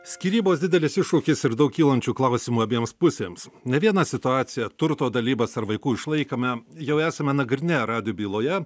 skyrybos didelis iššūkis ir daug kylančių klausimų abiems pusėms ne vieną situaciją turto dalybas ar vaikų išlaikymą jau esame nagrinėję radijo byloje